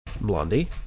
blondie